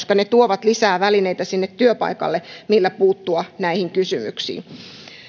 koska ne tuovat sinne työpaikalle lisää välineitä millä puuttua näihin kysymyksiin